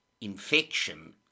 infection